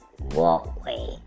walkway